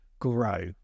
grow